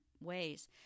ways